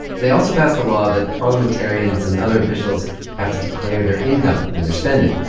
they also passed a law that parliamentarians and other officials have to declare their income and their spending.